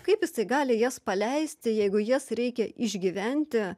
kaip jisai gali jas paleisti jeigu jas reikia išgyventi